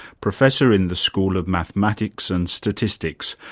professor in the school of mathematics and statistics,